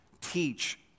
teach